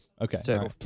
Okay